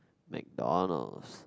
MacDonald's